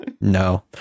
No